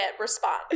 response